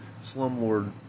slumlord